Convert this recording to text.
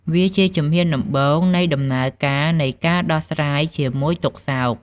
វាជាជំហានដំបូងនៃដំណើរការនៃការដោះស្រាយជាមួយទុក្ខសោក។